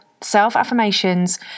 self-affirmations